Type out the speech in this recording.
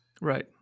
Right